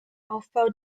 aufbau